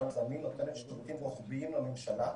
זמין נותנת שירותים רוחביים לממשלה.